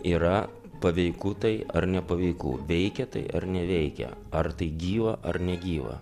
yra paveiku tai ar nepaveiku veikia tai ar neveikia ar tai gyva ar negyva